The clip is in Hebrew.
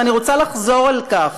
ואני רוצה לחזור על כך,